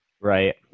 Right